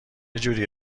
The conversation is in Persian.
جوری